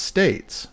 States